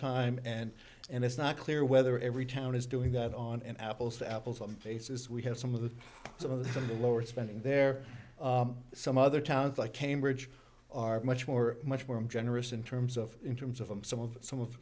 time and and it's not clear whether every town is doing that on an apples to apples on basis we have some of the some of the lower spending there some other towns like cambridge are much more much more i'm generous in terms of in terms of them some of some of